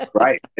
Right